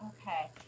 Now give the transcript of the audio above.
Okay